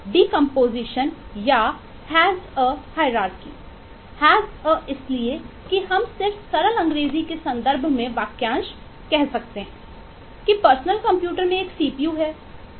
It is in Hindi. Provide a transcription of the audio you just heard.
हैज अ है